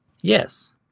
Yes